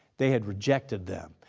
they had rejected them.